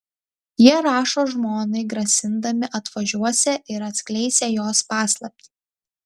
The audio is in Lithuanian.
jie rašo žmonai grasindami atvažiuosią ir atskleisią jos paslaptį